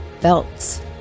belts